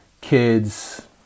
kids